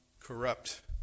corrupt